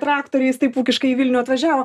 traktoriais taip ūkiškai į vilnių atvažiavo